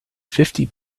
fifty